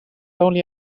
only